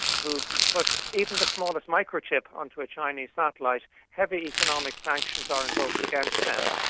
who put even the smallest microchip onto a chinese satellite, heavy economic sanctions are invoked against them.